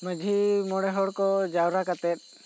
ᱢᱟᱹᱡᱷᱤ ᱢᱚᱬᱮ ᱦᱚᱲ ᱠᱚ ᱡᱟᱣᱨᱟ ᱠᱟᱛᱮᱜ